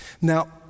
Now